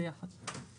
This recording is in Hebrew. אשאל שתי שאלות.